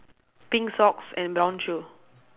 pink socks and brown shoe